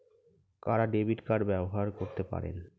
কারা debit card ব্যবহার করতে পারেন?